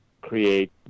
create